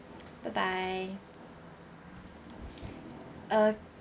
bye bye uh